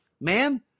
ma'am